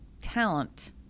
talent